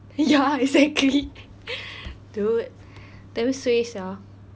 ya exactly dude damn suay sia